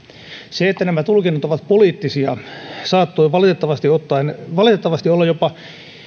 se että nämä tulkinnat ovat poliittisia saattoi valitettavasti olla jopa